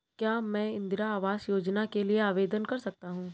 क्या मैं इंदिरा आवास योजना के लिए आवेदन कर सकता हूँ?